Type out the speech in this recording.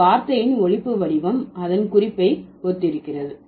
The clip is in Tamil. ஒரு வார்த்தையின் ஒலிப்பு வடிவம் அதன் குறிப்பை ஒத்திருக்கிறது